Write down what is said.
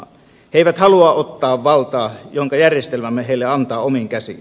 he eivät halua ottaa valtaa jonka järjestelmämme heille antaa omiin käsiin